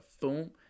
boom